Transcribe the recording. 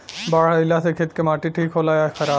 बाढ़ अईला से खेत के माटी ठीक होला या खराब?